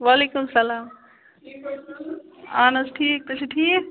وعلیکُم سَلام اہَن حظ ٹھیٖک تُہۍ چھِو ٹھیٖک